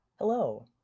Hello